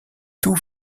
tout